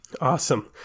awesome